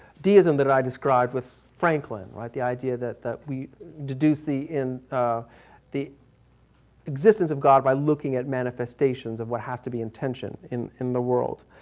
deism that i described with franklin. right. the idea that, that we deduce the, in the, the existence of god by looking at manifestations of what has to be intention in, in the world.